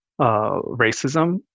racism